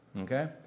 Okay